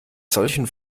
solchen